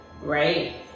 right